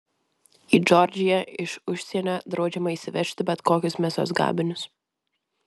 į džordžiją iš užsienio draudžiama įsivežti bet kokius mėsos gaminius